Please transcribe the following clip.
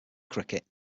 cricket